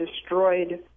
destroyed